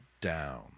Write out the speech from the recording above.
down